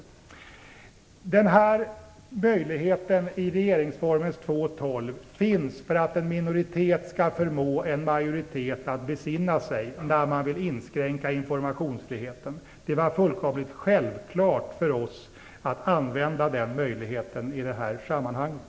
Möjligheten i 2 kap. 12 § regeringsformen finns för att en minoritet skall kunna förmå en majoritet att besinna sig när den vill inskränka informationsfriheten. Det var fullkomligt självklart för oss att använda den möjligheten i det här sammanhanget.